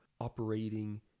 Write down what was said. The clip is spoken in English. operating